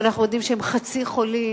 ואנחנו יודעים שהם חצי חולים,